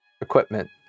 equipment